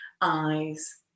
eyes